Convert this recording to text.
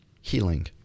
healing